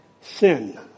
sin